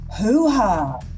hoo-ha